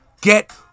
Get